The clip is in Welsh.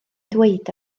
dweud